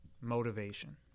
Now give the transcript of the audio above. motivation